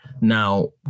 now